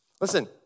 Listen